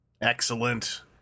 Excellent